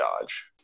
dodge